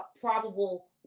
probable